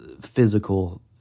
physical